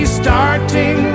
starting